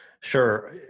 Sure